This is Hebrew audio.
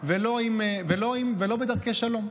ולא בדרכי שלום?